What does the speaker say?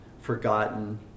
forgotten